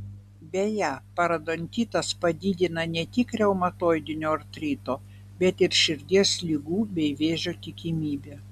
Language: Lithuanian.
beje parodontitas padidina ne tik reumatoidinio artrito bet ir širdies ligų bei vėžio tikimybę